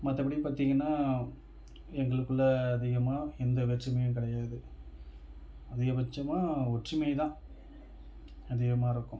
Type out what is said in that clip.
மற்றபடி பார்த்திங்கனா எங்களுக்குள்ள அதிகமாக எந்த வேற்றுமையும் கிடையாது அதிகபட்சமாக ஒற்றுமை தான் அதிகமாக இருக்கும்